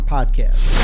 Podcast